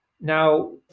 Now